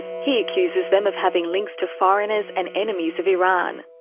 he accuses them of having links to foreigners and enemies of iran.